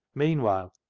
meanwhile,